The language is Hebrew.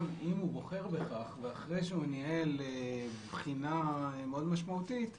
אם הוא בוחר בכך ואחרי שהוא ניהל בחינה משמעותית מאוד,